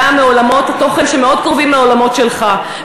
באה מעולמות התוכן שמאוד קרובים לעולמות שלך,